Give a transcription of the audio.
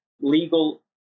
legal